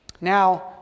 Now